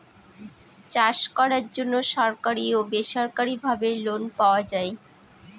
চাষ করার জন্য সরকারি ও বেসরকারি ভাবে লোন পাওয়া যায়